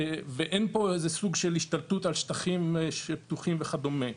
ואין פה איזה סוג של השתלטות על שטחים שהם פתוחים וכדומה.